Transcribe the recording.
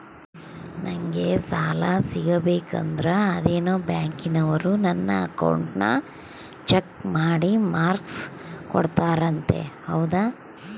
ನಂಗೆ ಸಾಲ ಸಿಗಬೇಕಂದರ ಅದೇನೋ ಬ್ಯಾಂಕನವರು ನನ್ನ ಅಕೌಂಟನ್ನ ಚೆಕ್ ಮಾಡಿ ಮಾರ್ಕ್ಸ್ ಕೋಡ್ತಾರಂತೆ ಹೌದಾ?